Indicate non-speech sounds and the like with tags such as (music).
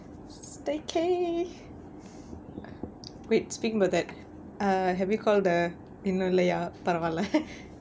staycation wait speaking about that err have you called the இன்னும் இல்லையா பரவால:innum illaiyaa paravaala (laughs)